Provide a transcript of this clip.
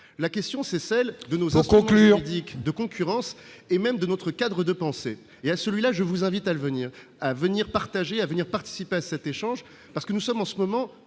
la question c'est celle de nos en concluant Dick de concurrence et même de notre cadre de pensée il y a celui-là, je vous invite à l'venir à venir partager à venir participer à cet échange, parce que nous sommes en ce moment